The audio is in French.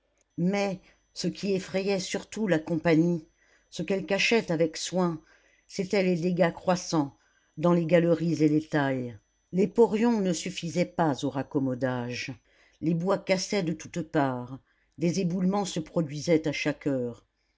mais ce qui effrayait surtout la compagnie ce qu'elle cachait avec soin c'étaient les dégâts croissants dans les galeries et les tailles les porions ne suffisaient pas au raccommodage les bois cassaient de toutes parts des éboulements se produisaient à chaque heure